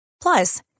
Plus